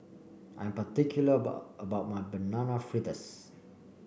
I am particular about about my Banana Fritters